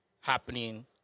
happening